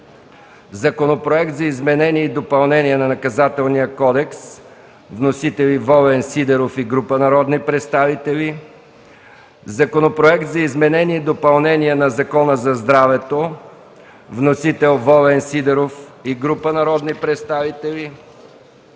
Законопроект за изменение и допълнение на Наказателния кодекс – вносители са Волен Сидеров и група народни представители. - Законопроект за изменение и допълнение на Закона за здравето – вносител Волен Сидеров и група народни представители;